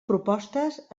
propostes